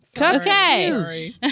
Okay